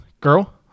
girl